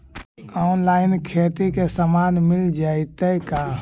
Online खेती के सामान मिल जैतै का?